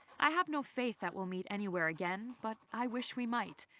i have no faith that we'll meet anywhere again, but i wish we might.